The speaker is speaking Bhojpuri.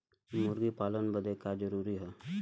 मुर्गी पालन बदे का का जरूरी ह?